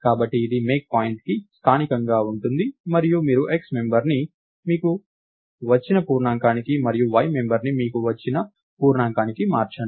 కాబట్టి ఇది మేక్పాయింట్కి స్థానికంగా ఉంటుంది మరియు మీరు x మెంబర్ని మీకు వచ్చిన పూర్ణాంకానికి మరియు y మెంబర్ని మీకు వచ్చిన పూర్ణాంకానికి మార్చండి